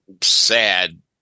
sad